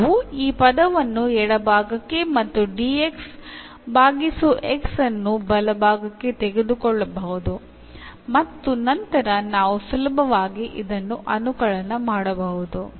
ನಾವು ಈ ಪದವನ್ನು ಎಡಭಾಗಕ್ಕೆ ಮತ್ತು dx ಬಾಗಿಸು x ಅನ್ನು ಬಲಭಾಗಕ್ಕೆ ತೆಗೆದುಕೊಳ್ಳಬಹುದು ಮತ್ತು ನಂತರ ನಾವು ಸುಲಭವಾಗಿ ಇದನ್ನು ಅನುಕಲನ ಮಾಡಬಹುದು